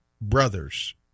Brothers